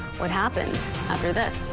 what happened after this.